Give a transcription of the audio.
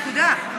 נקודה.